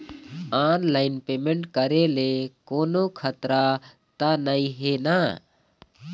Online payment करे ले कोन्हो खतरा त नई हे न?